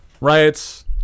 Riots